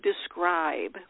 describe